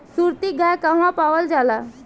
सुरती गाय कहवा पावल जाला?